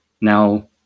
now